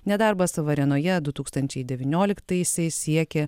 nedarbas varėnoje du tūkstančiai devynioliktaisiais siekė